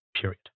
Period